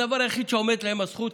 הדבר היחיד שעומדת להם הזכות,